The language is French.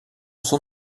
son